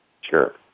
Sure